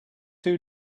two